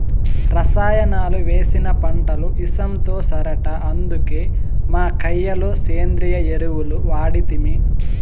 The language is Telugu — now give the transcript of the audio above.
రసాయనాలు వేసిన పంటలు ఇసంతో సరట అందుకే మా కయ్య లో సేంద్రియ ఎరువులు వాడితిమి